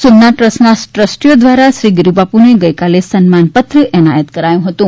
સોમનાથ ટ્રસ્ટના ટ્રસ્ટીઓ દ્વારા શ્રી ગિરિબાપુને ગઈકાલે સન્માનપત્ર એનાયત કરાયું હતું